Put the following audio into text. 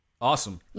Awesome